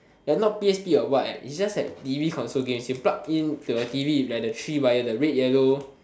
they're not p_s_p or what eh it's just that t_v console games you plug in to your t_v like the three wire the red yellow